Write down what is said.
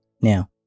Now